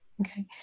Okay